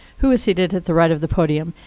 who is seated at the right of the podium.